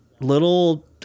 little